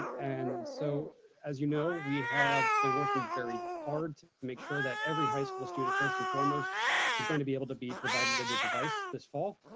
and so as you know we have been working very hard to make sure that every high school students first and foremost is gonna be able to be provided with the device this fall,